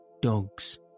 Dogs